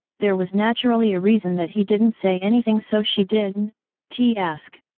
there was naturally a reason that he didn't say anything so she didn t ask.